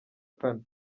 kane